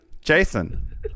Jason